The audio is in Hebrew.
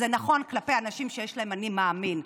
זה נכון כלפי אנשים שיש להם "אני מאמין".